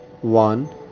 One